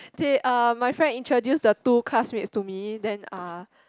they are my friend introduce the two classmates to me then uh